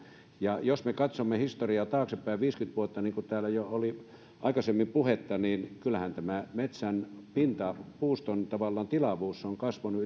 ja jos me katsomme historiaa taaksepäin viisikymmentä vuotta niin kuin täällä jo oli aikaisemmin puhetta niin kyllähän tämä metsän pinta ala tavallaan puuston tilavuus on kasvanut